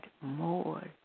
more